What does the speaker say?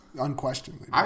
Unquestionably